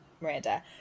Miranda